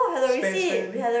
spend spend